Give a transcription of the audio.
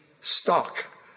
stock